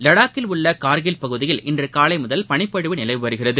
லடாக்கில் உள்ள கார்கில் பகுதியில் இன்று காலை முதல் பனிப்பொழிவு நிலவி வருகிறது